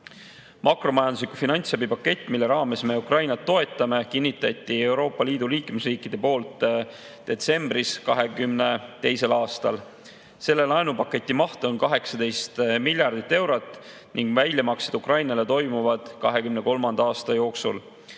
Makromajandusliku finantsabi paketi, mille raames me Ukrainat toetame, kinnitasid Euroopa Liidu liikmesriigid 2022. aasta detsembris. Selle laenupaketi maht on 18 miljardit eurot ning väljamaksed Ukrainale toimuvad 2023. aasta jooksul.